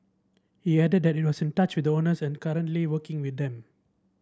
he added that it was in touch with owners and currently working with them